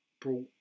brought